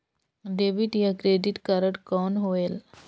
Debit या credit card कौन होएल?